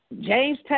James